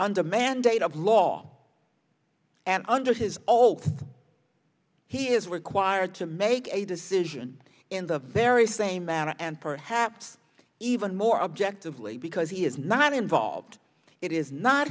under mandate of law and under his also he is required to make a decision in the very same manner and perhaps even more objectively because he is not involved it is not